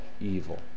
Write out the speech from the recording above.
evil